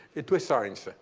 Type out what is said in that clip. into a science.